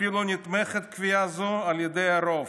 אפילו נתמכת קביעה זו על ידי הרוב,